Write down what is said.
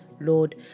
Lord